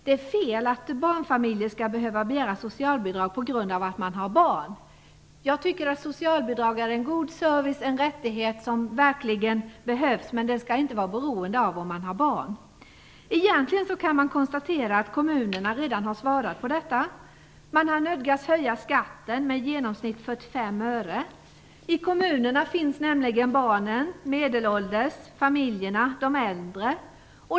Det är fel att familjer skall behöva begära socialbidrag på grund av att de har barn. Jag tycker att socialbidrag är en god service och en rättighet som verkligen behövs, men man skall inte vara beroende av det om man har barn. Egentligen kan man konstatera att kommunerna redan har svarat på detta. Man har nödgats höja skatten med i genomsnitt 45 öre. I kommunerna finns nämligen barnen, de medelålders, familjerna och de äldre.